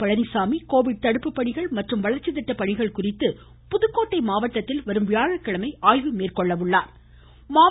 Palaniswami Covid தடுப்புப்பணிகள் மற்றும் வளர்ச்சித் திட்ட பணிகள் குறித்து புதுக்கோட்டை மாவட்டத்தில் வரும் வியாழக்கிழமை ஆய்வு மேற்கொள்கிறார்